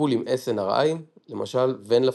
טיפול עם SNRI למשל venlafaxine.